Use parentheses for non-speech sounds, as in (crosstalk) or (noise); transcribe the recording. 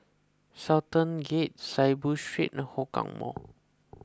Sultan Gate Saiboo Street and Hougang Mall (noise)